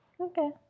Okay